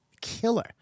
killer